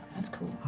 that's cool.